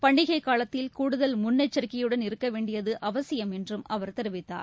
பண்டிகைகாலத்தில் கூடுதல் முன்னெச்சரிக்கையுடன் இருக்கவேண்டியதுஅவசியம் என்றும் அவர் தெரிவித்தார்